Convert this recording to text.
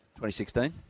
2016